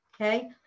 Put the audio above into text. okay